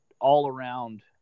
all-around